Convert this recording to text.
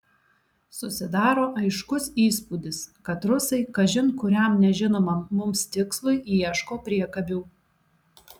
susidaro aiškus įspūdis kad rusai kažin kuriam nežinomam mums tikslui ieško priekabių